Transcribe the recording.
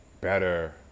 better